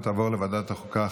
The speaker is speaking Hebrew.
לוועדת החוקה,